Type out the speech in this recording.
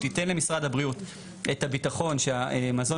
שייתן למשרד הבריאות את הביטחון שהמזון